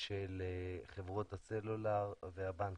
של חברות הסלולה והבנקים.